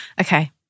Okay